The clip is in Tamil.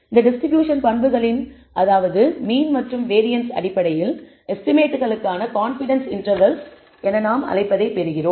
இந்த டிஸ்ட்ரிபியூஷன் பண்புகளின் அதாவது மீன் மற்றும் வேரியன்ஸ் அடிப்படையில் எஸ்டிமேட்களுக்கான கான்ஃபிடன்ஸ் இன்டர்வல்ஸ் என நாம் அழைப்பதை பெறுகிறோம்